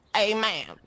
Amen